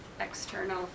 external